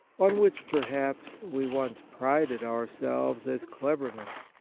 on which, perhaps, we once prided ourselves as cleverness.